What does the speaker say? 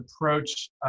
approach